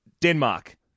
Denmark